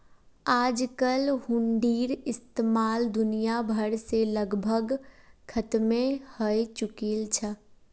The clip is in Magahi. आजकल हुंडीर इस्तेमाल दुनिया भर से लगभग खत्मे हय चुकील छ